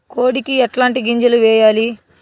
కోడికి ఎట్లాంటి గింజలు వేయాలి?